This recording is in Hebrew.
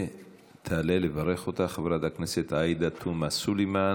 תעלה לברך אותך חברת הכנסת עאידה תומא סלימאן,